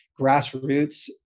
grassroots